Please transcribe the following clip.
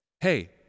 hey